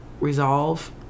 resolve